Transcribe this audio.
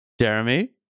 Jeremy